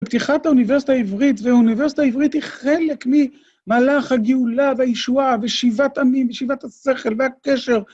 בפתיחת האוניברסיטה העברית, והאוניברסיטה העברית היא חלק ממהלך הגאולה והישועה ושיבת עמים ושיבת השכל והקשר.